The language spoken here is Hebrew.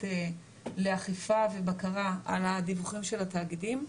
לאכיפה ובקרה על הדיווחים של התאגידים.